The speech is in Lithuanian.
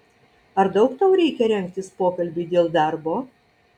ar daug tau reikia rengtis pokalbiui dėl darbo